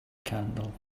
candle